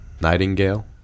Nightingale